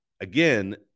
Again